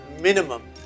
minimum